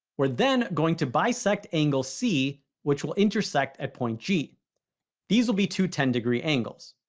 we're then going to bisect angle c which will intersect at point g these will be two ten degree angles.